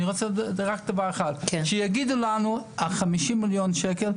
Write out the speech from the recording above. רוצה שיאמרו לנו לגבי ה-50 מיליון שקלים,